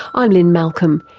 i'm lynne malcolm,